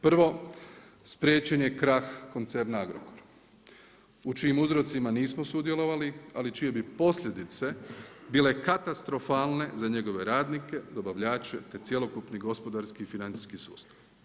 Prvo spriječen je krah koncerna Agrokor, u čijim uzrocima nismo sudjelovali, ali čije bi poledice bile katastrofalne za njegove radnike, dobavljače, te cjelokupni gospodarski i financijski sustav.